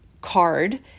card